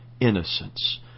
innocence